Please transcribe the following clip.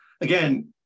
again